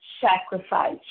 sacrifice